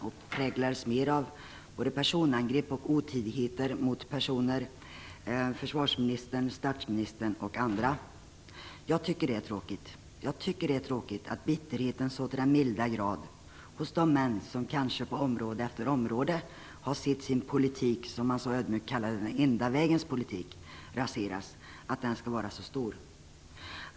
De präglades mer av både personangrepp och otidigheter mot olika personer, t.ex. försvarsministern och statsministern. Jag tycker att det är tråkigt att bitterheten hos de män som på område efter område har sett sin politik raseras - den man så ödmjukt kallade "den enda vägens politik" - skall vara så stor.